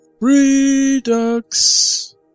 Redux